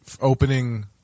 opening